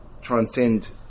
transcend